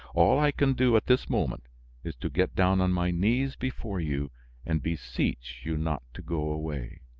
all i can do at this moment is to get down on my knees before you and beseech you not to go away.